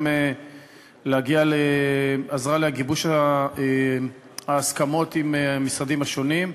עזרה לגיבוש ההסכמות עם המשרדים השונים,